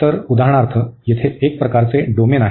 तर उदाहरणार्थ येथे एक प्रकारचे डोमेन आहे